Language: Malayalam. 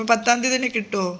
പത്താം തീയ്യതി തന്നെ കിട്ടുമോ